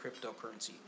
cryptocurrency